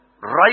Right